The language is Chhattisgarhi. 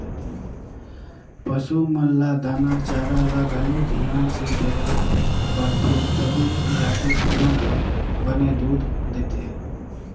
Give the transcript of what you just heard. पसू मन ल दाना चारा ल घलो धियान से देना परथे तभे जाके ओमन ह बने दूद देथे